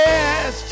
Yes